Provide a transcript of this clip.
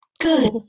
Good